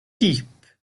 deep